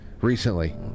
recently